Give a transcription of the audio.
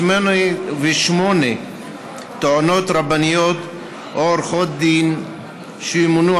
ושמונה טוענות רבניות או עורכות דין שימונו